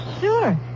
Sure